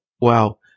wow